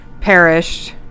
perished